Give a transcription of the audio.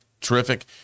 Terrific